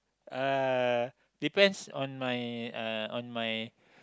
uh depends on my uh on my